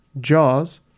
Jaws